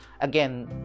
Again